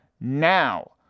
now